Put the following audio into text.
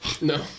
No